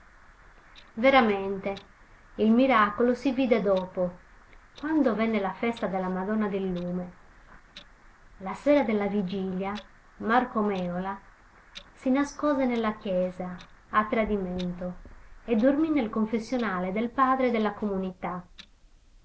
veramente il miracolo si vide dopo quando venne la festa della madonna del lume la sera della vigilia marco mèola si nascose nella chiesa a tradimento e dormì nel confessionale del padre della comunità